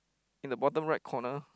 in the bottom right corner